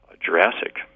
Jurassic